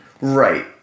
Right